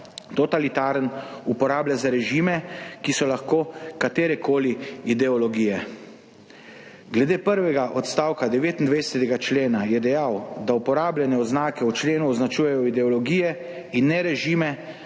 totalitaren uporablja za režime, ki so lahko katere koli ideologije. Glede prvega odstavka 29. člena je dejal, da uporabljene oznake v členu označujejo ideologije in ne režime